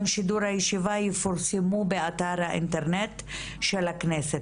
שידור הישיבה יפורסמו באתר האינטרנט של הכנסת,